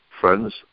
friends